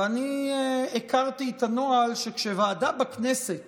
ואני הכרתי את הנוהל שכשוועדה בכנסת